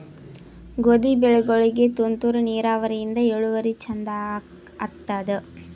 ಗೋಧಿ ಬೆಳಿಗೋಳಿಗಿ ತುಂತೂರು ನಿರಾವರಿಯಿಂದ ಇಳುವರಿ ಚಂದ ಆತ್ತಾದ?